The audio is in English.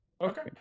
okay